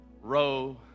row